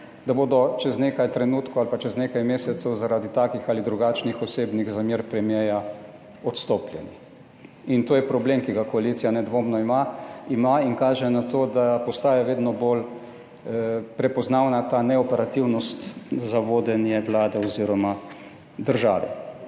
da bodo čez nekaj trenutkov ali pa čez nekaj mesecev zaradi takih ali drugačnih osebnih zamer premierja odstopljeni. In to je problem, ki ga koalicija nedvomno ima in kaže na to, da postaja vedno bolj prepoznavna ta neoperativnost za vodenje Vlade oziroma države.